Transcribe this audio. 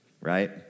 right